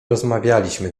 rozmawialiśmy